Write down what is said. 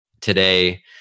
today